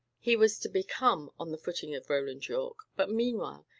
he was to become on the footing of roland yorke but meanwhile,